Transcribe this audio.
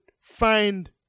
find